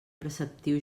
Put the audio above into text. preceptiu